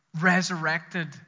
resurrected